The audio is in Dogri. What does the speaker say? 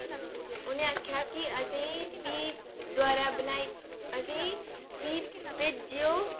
उ'नें आखेआ कि असेंई फ्ही दबारा बनाई असेंई फ्ही भेजेओ